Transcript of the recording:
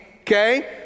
okay